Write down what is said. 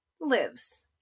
lives